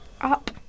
up